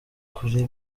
kuri